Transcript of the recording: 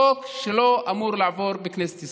חוק שלא אמור לעבור בכנסת ישראל.